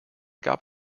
gab